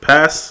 Pass